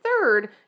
third